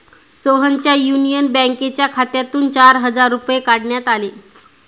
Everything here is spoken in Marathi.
सोहनच्या युनियन बँकेच्या खात्यातून चार हजार रुपये काढण्यात आले